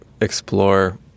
explore